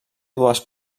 dues